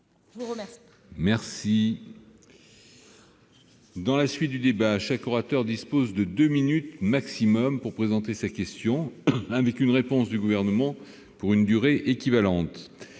Je rappelle que chaque orateur dispose de deux minutes maximum pour présenter sa question, suivie d'une réponse du Gouvernement pour une durée équivalente.